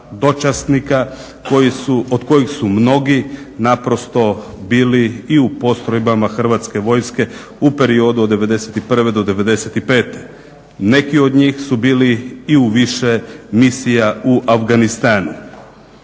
dočasnika od kojih su mnogi naprosto bili i u postrojbama Hrvatske vojske u periodu od '91. do '95. Neki od njih su bili i u više misija u Afganistanu.